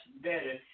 better